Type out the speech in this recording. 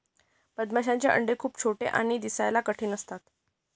मधमाशांचे अंडे खूप छोटे आणि दिसायला कठीण असतात